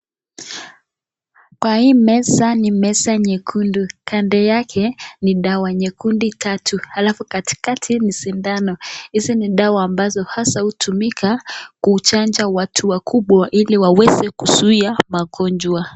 Kwa hii meza ni meza nyekundu kando yake ni dawa nyekundu tatu alafu katikati ni sindano, hizi ni dawa ambazo hutumika kuchanja watu wakubwa ili waweze kuzuia magonjwa.